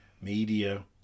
media